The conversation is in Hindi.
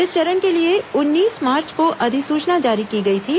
इस चरण के लिए उन्नीस मार्च को अधिसूचना जारी की गई थी